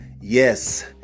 Yes